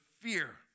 fear